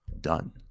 done